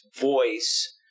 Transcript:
voice